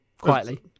Quietly